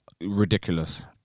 ridiculous